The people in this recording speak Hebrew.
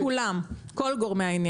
אנחנו נתייעץ עם כולם, כל גורמי העניין.